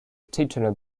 titular